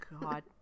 God